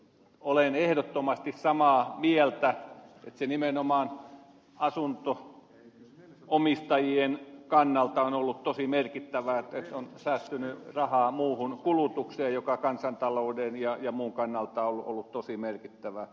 olen ehdottomasti samaa mieltä että se nimenomaan asunnonomistajien kannalta on ollut tosi merkittävää että on säästynyt rahaa muuhun kulutukseen mikä kansantalouden ja muun kannalta on ollut tosi merkittävää